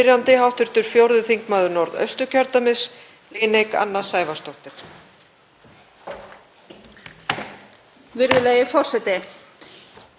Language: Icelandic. Í stjórnarsáttmála segir að efla þurfi landgræðslu, skógrækt og endurheimt votlendis til að mæta skuldbindingum Íslands í loftslagsmálum.